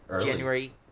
january